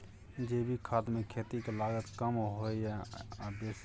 जैविक खाद मे खेती के लागत कम होय ये आ बेसी?